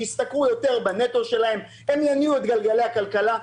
שישתכרו יותר בנטו שלהם ויניעו יותר את גלגלי הכלכלה.